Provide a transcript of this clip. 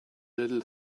little